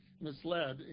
misled